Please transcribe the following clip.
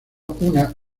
una